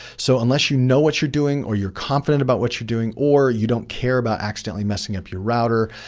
so unless you know what you're doing or you're confident about what you're doing, or you don't care about accidentally messing up your router,